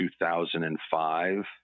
2005